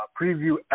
preview